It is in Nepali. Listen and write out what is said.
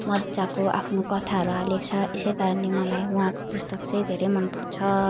मजाको आफ्नो कथाहरू हालेको छ यस कारणले मलाई उहाँको पुस्तक चाहिँ धेरै मन पर्छ